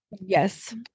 yes